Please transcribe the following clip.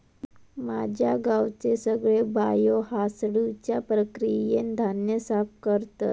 माझ्या गावचे सगळे बायो हासडुच्या प्रक्रियेन धान्य साफ करतत